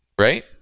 right